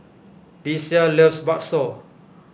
Deasia loves Bakso